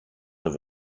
the